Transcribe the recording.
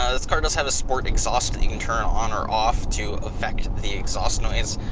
ah this car does have a sport exhaust that you can turn on or off to effect the exhaust noise.